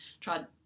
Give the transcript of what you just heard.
tried